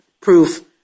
proof